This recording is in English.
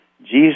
Jesus